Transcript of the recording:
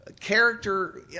Character